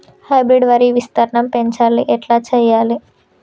Hybrid వరి విస్తీర్ణం పెంచాలి ఎట్ల చెయ్యాలి?